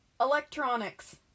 Electronics